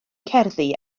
cerddi